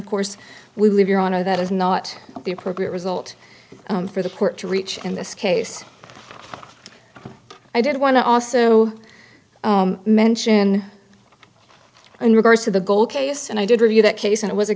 of course we leave your honor that is not the appropriate result for the court to reach in this case i did want to also mention in regards to the goal case and i did review that case and it was a